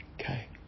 Okay